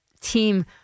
team